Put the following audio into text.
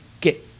get